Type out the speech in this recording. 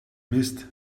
mist